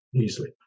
easily